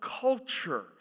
culture